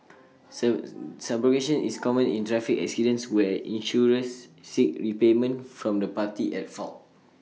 subrogation is common in traffic accidents where insurers seek repayment from the party at fault